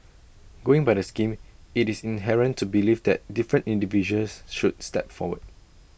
going by the scheme IT is inherent to believe that different individuals should step forward